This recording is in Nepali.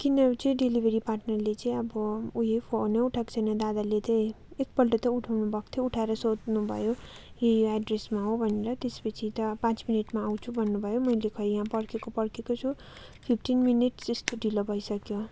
तिनीहरूले चाहिँ डेलिभरी पार्टनरले चाहिँ अब ऊ यो फोनै उठाएको छैन दादाले त्यही एकपल्ट त उठाउनु भएको थियो उठाएर सोध्नु भयो यही एड्रेसमा हो भनेर त्यस पछि त पाँच मिनेटमा आउँछु भन्नु भयो मैले खै यहाँ पर्खेको पर्खेको छु फिफ्टिन मिनट जस्तो ढिलो भइसक्यो